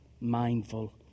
mindful